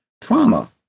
trauma